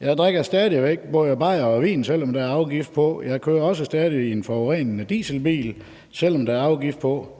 »Jeg drikker stadigvæk både bajere og vin, selvom der er afgift på. Jeg kører også stadigvæk i en forurenende dieselbil, selvom der er afgift på.